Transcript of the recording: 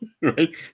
right